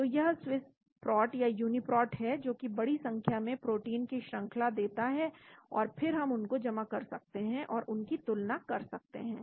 तो यह स्विस्प्रोट या यूनीप्रोट है जो कि बड़ी संख्या में प्रोटीन की श्रंखला देता है और फिर हम उनको जमा कर सकते हैं और उनकी तुलना कर सकते हैं